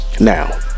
now